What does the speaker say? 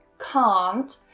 can't,